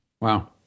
Wow